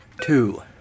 two